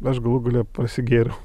aš galų gale prasigėriau